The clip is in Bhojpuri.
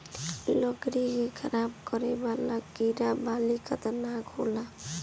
लकड़ी के खराब करे वाला कीड़ा बड़ी खतरनाक होला